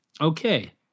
Okay